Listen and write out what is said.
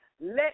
Let